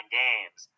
games